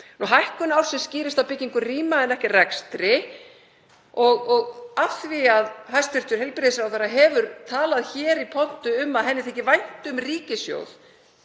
Hækkun ársins skýrist af byggingu rýma en ekki rekstri. Og af því að hæstv. heilbrigðisráðherra hefur talað hér í pontu um að henni þyki vænt um ríkissjóð